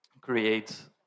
create